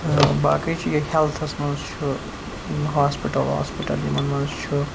تہٕ باقٕے چھِ یِہے ہیٚلتھَس مَنٛز چھُ ہوسپِٹَل ووسپِٹَل یِمَن مَنٛز چھُ